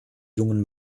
jungen